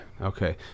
Okay